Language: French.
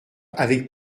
avec